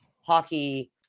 Hockey